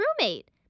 roommate